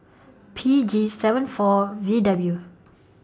P G seven four V W